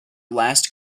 last